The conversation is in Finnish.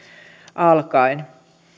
alkaen